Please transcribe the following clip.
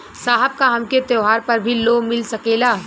साहब का हमके त्योहार पर भी लों मिल सकेला?